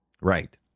Right